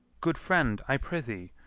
good friend, i pr'ythee,